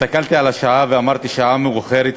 הסתכלתי על השעה ואמרתי: שעה מאוחרת,